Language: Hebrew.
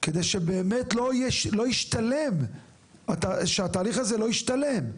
כדי שבאמת לא ישתלם שהתהליך הזה לא ישתלם,